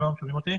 שלום לכולם.